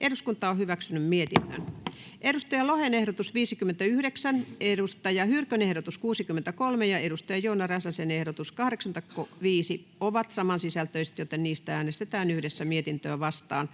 tulot Time: N/A Content: Markus Lohen ehdotus 59, Saara Hyrkön ehdotus 63 ja Joona Räsäsen ehdotus 85 ovat saman sisältöisiä, joten niistä äänestetään yhdessä mietintöä vastaan.